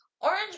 orange